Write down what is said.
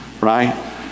right